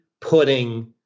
putting